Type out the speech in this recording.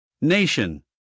nation